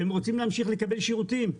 רוצים להמשיך לקבל את שירותים,